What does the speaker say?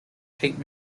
tape